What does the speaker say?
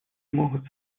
могут